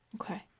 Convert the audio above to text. Okay